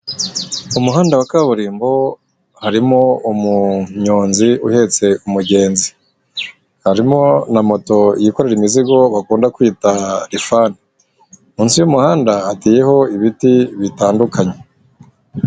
Umuhanda wa kaburimbo harimo umunyonzi uhetse umugenzi, harimo na moto yikorera imizigo bakunda kwita rifani, munsi y'umuhanda hateyeho ibiti bitandukanye.